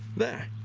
there!